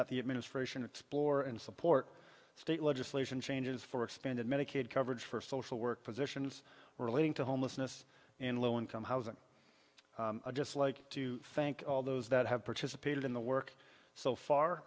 that the administration explore and support state legislation changes for expanded medicaid coverage for social work positions relating to homelessness and low income housing just like to thank all those that have participated in the work so far